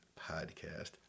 podcast